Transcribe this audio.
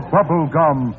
Bubblegum